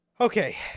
okay